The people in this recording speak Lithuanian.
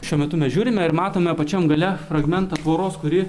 šiuo metu mes žiūrime ir matome pačiam gale fragmentą tvoros kuri